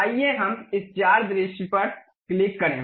आइए हम इस चार दृश्य पर क्लिक करें